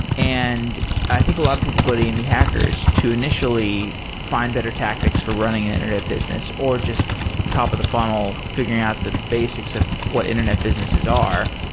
and i think a lot of people go to indie hackers to initially find better tactics for running an internet business or just top of the funnel figuring out the basics of what internet businesses are.